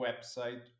website